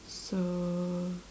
so